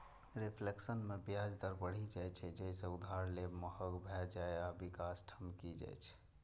reflation मे ब्याज दर बढ़ि जाइ छै, जइसे उधार लेब महग भए जाइ आ विकास ठमकि जाइ छै